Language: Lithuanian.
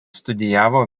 studijavo